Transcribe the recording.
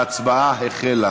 ההצבעה החלה.